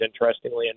interestingly